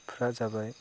जाबाय